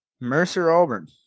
Mercer-Auburn